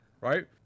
right